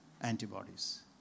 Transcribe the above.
Antibodies